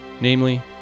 namely